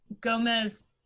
Gomez